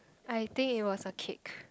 I think it was a cake